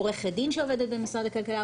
עורכת דין שעובדת במשרד הכלכלה.